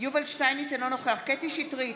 יובל שטייניץ, אינו נוכח קטי קטרין שטרית,